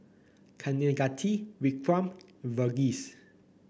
Kaneganti Vikram and Verghese